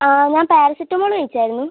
ഞാൻ പാരസെറ്റമോൾ കഴിച്ചിരുന്നു